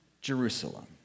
Jerusalem